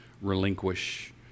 relinquish